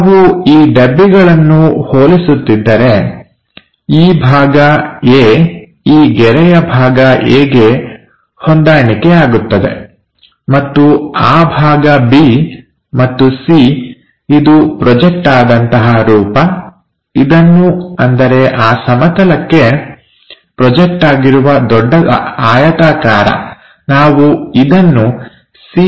ನಾವು ಈ ಡಬ್ಬಿಗಳನ್ನು ಹೋಲಿಸುತ್ತಿದ್ದರೆ ಈ ಭಾಗ A ಈ ಗೆರೆಯ ಭಾಗ A ಗೆ ಹೊಂದಾಣಿಕೆ ಆಗುತ್ತದೆ ಮತ್ತು ಆ ಭಾಗ B ಮತ್ತು C ಇದು ಪ್ರೊಜೆಕ್ಟ್ ಆದಂತಹ ರೂಪ ಇದನ್ನು ಅಂದರೆ ಆ ಸಮತಲಕ್ಕೆ ಪ್ರೊಜೆಕ್ಟ್ ಆಗಿರುವ ದೊಡ್ಡ ಆಯತಾಕಾರ ನಾವು ಇದನ್ನು C ಪ್ರೈಮ್ ಆಗಿ ಕಾಣುತ್ತೇವೆ